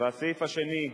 והסעיף השני,